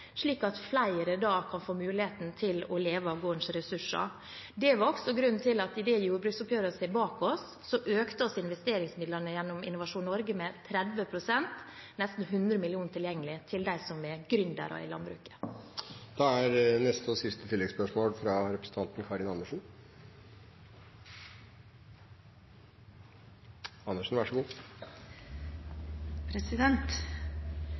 slik at flere kan få mulighet til å leve av gårdens ressurser. Det var også grunnen til at vi i det jordbruksoppgjøret vi har bak oss, økte investeringsmidlene gjennom Innovasjon Norge med 30 pst. – nesten 100 mill. kr tilgjengelig for dem som er gründere i landbruket. Karin Andersen – til oppfølgingsspørsmål. Fjorårets tilbud fra